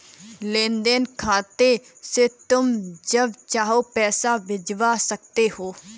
लेन देन खाते से तुम जब चाहो पैसा भिजवा सकते हो